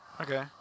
Okay